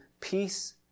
peace